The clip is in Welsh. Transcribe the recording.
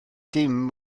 dim